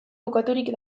kokaturik